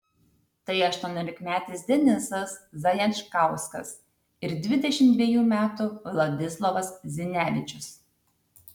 tai aštuoniolikmetis denisas zajančkauskas ir dvidešimt dvejų metų vladislovas zinevičius